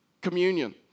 Communion